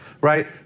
right